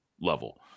level